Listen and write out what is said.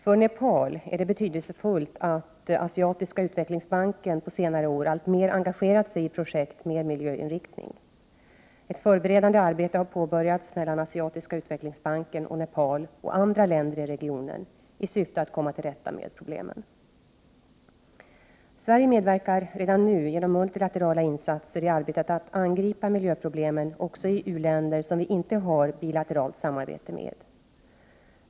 För Nepal är det betydelsefullt att Asiatiska utvecklingsbanken på senare år alltmer engagerat sig i projektet med miljöinriktning. Ett förberedande arbete har påbörjats mellan Asiatiska utvecklingsbanken och Nepal och andra länder i regionen i syfte att komma till rätta med problemen. Sverige medverkar redan nu genom multilaterala insatser i arbetet att angripa miljöproblem också i u-länder som vi inte har bilateralt samarbete med.